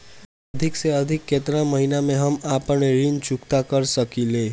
अधिक से अधिक केतना महीना में हम आपन ऋण चुकता कर सकी ले?